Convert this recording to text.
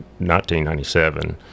1997